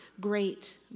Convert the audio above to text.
great